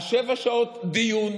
שבע שעות דיון